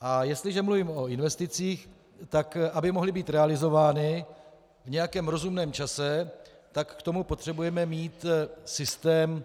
A jestliže mluvím o investicích, tak aby mohly být realizovány v nějakém rozumném čase, tak k tomu potřebujeme mít systém,